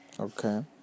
Okay